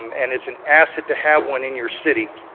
um and it's an asset to have one in your city.